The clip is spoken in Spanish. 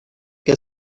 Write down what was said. que